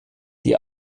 die